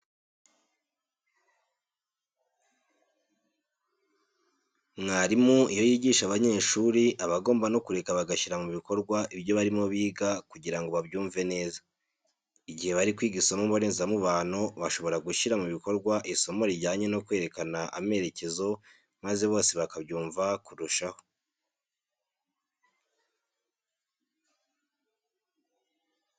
Mwarimu iyo yigisha abanyeshuri aba agomba no kureka bagashyira mu bikorwa ibyo barimo biga kugira ngo babyumve neza. Igihe bari kwiga isomo mbonezamubano bashobora gushyira mu bikorwa isomo rijyanye no kwerekana amerekezo maze bose bakabyumva kurushaho.